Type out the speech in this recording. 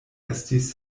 estis